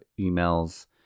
emails